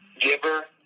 giver